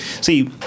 See